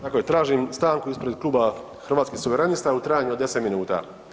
Tako je, tražim stanku ispred Kluba Hrvatskih suverenista u trajanju od 10 minuta.